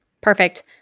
Perfect